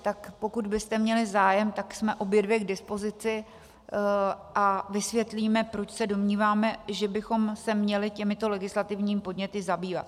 Tak pokud byste měli zájem, tak jsme obě dvě k dispozici a vysvětlíme, proč se domníváme, že bychom se měli těmito legislativními podněty zabývat.